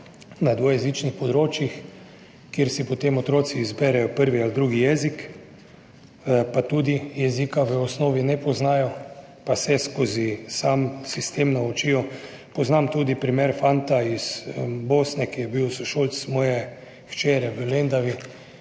na dvojezičnih področjih, kjer si potem otroci izberejo prvi ali drugi jezik, pa tudi jezika v osnovi ne poznajo, pa se skozi sam sistem naučijo. Poznam tudi primer fanta iz Bosne, ki je bil sošolec moje hčere v Lendavi.